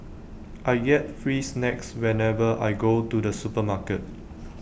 I get free snacks whenever I go to the supermarket